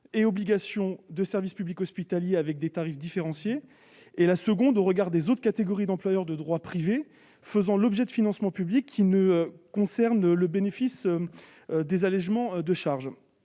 et obligations de service public hospitalier avec des tarifs différenciés ; inégalité, ensuite, au regard des autres catégories d'employeurs de droit privé, qui font l'objet de financements publics, car ces derniers conservent le bénéfice des allégements de charges.